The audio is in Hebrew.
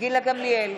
גילה גמליאל,